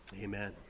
Amen